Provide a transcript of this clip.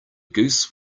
goose